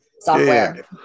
software